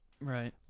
Right